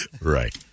Right